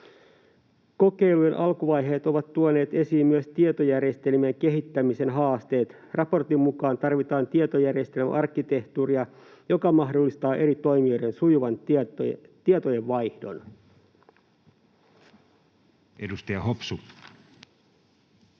Kokeilujen alkuvaiheet ovat tuoneet esiin myös tietojärjestelmien kehittämisen haasteet. Raportin mukaan tarvitaan tietojärjestelmäarkkitehtuuria, joka mahdollistaa eri toimijoiden sujuvan tietojenvaihdon. Edustaja Hopsu.